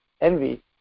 envy